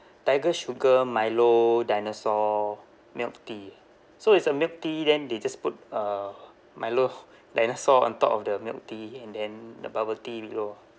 tiger sugar milo dinosaur milk tea so it's a milk tea then they just put uh milo dinosaur on top of the milk tea and then the bubble tea below ah